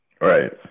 Right